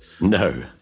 No